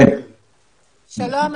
שלום.